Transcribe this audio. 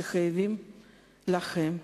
שחייבים לכם.